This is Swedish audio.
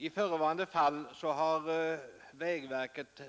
I förevarande fall har vägverket